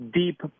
deep